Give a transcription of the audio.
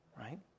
right